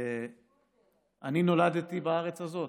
אני נולדתי בארץ הזאת,